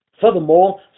furthermore